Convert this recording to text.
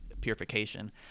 purification